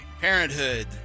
Parenthood